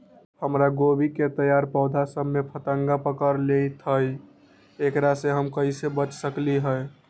हमर गोभी के तैयार पौधा सब में फतंगा पकड़ लेई थई एकरा से हम कईसे बच सकली है?